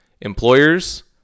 Employers